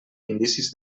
indicis